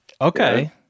Okay